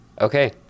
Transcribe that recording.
okay